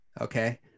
Okay